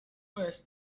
was